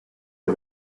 est